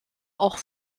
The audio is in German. auch